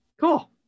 Cool